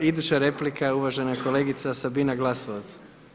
Iduća replika uvažena kolegica Sabina Glasovac.